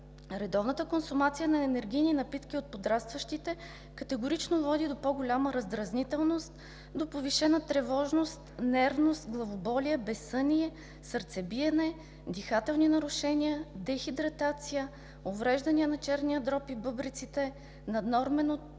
редовната консумация на енергийни напитки от подрастващите категорично води до по-голяма раздразнителност, до повишена тревожност, нервност, главоболие, безсъние, сърцебиене, дихателни нарушения, дехидратация, увреждания на черния дроб и бъбреците, наднормено тегло,